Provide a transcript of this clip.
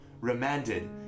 remanded